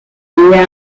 mila